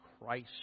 Christ